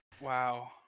wow